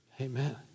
Amen